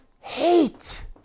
hate